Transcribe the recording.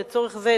לצורך זה,